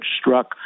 struck